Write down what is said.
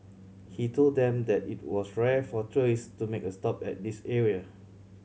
he told them that it was rare for tourist to make a stop at this area